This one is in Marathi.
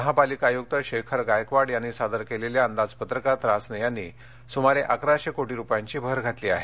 महापालिका आयुक्त शेखर गायकवाड यांनी सादर केलेल्या अंदाजपत्रकात रासने यांनी सुमारे अकराशे कोटी रुपयांची भर घातली आहे